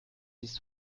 ist